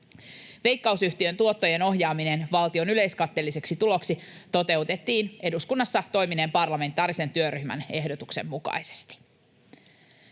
Veikkausyhtiön tuottojen ohjaaminen valtion yleiskatteelliseksi tuloksi toteutettiin eduskunnassa toimineen parlamentaarisen työryhmän ehdotuksen mukaisesti.